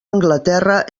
anglaterra